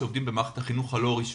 שעובדים במערכת החינוך הלא רשמי,